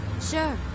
Sure